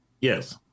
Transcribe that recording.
Yes